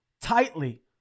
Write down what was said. tightly